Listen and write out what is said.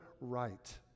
right